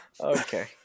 Okay